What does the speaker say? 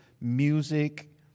music